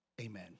amen